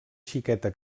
xiqueta